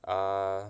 err